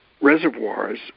reservoirs